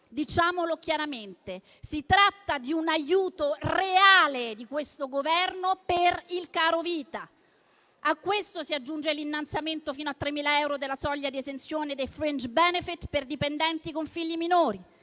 Diciamolo chiaramente: si tratta di un aiuto reale del Governo per il carovita. A questo si aggiunge l'innalzamento fino a 3.000 euro della soglia di esenzione dei *fringe benefit* per dipendenti con figli minori: